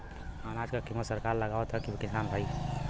अनाज क कीमत सरकार लगावत हैं कि किसान भाई?